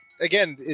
again